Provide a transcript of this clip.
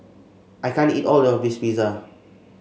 I can't eat all of this Pizza